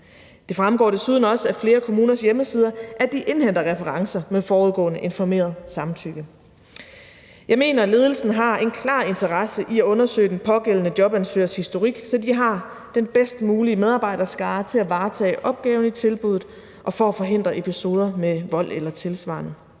Det fremgår desuden også af flere kommuners hjemmesider, at de indhenter referencer med forudgående informeret samtykke. Jeg mener, at ledelsen har en klar interesse i at undersøge den pågældende jobansøgers historik, så de har den bedst mulige medarbejderskare til at varetage opgaven i tilbuddet og for at forhindre episoder med vold eller tilsvarende.